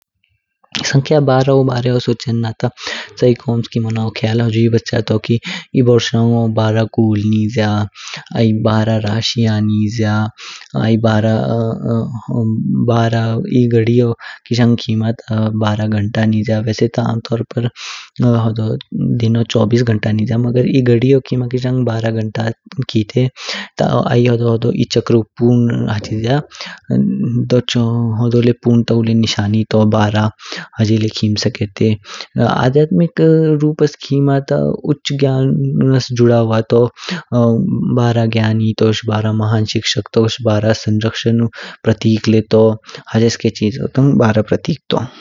संख्या बारह बरेओ सुनचेन ता चैयेकु ओंस्की मोनाओ हुजु ख्याल बच्य तो कि एह्ह बोरशाओंग बारह गोल निज्या, बारह राशि निज्या। आई किशांग खिमा ता एध गादियो बारह घन्टा ता निज्या, वैसे ता आम तोर पर एह्ह दिनो छब्बीस घन्टा निज्या। मगर एह्ह गधियो खीमा बारह घन्टा खिते आई ओधो बारह घन्टा पूर्ण लंज्या ता हुजु ले पूर्णतः निशानी तो, ह्जे ले खिम स्केटे। आध्यात्मिक रुप्स खीमा ता उच्च ज्ञानस जुडा हुआ तू, बारह ज्ञानी तोश, बारह महान शिक्षक तू, बारह संरक्षक प्रतीक तू ह्जेस्के चीजो तंग बारह प्रतीक तो।